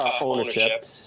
ownership